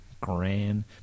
grand